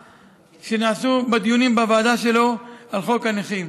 שנעשתה בדיונים בוועדה שלו על חוק הנכים.